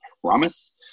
promise